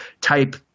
type